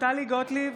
טלי גוטליב,